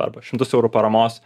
arba šimtus eurų paramos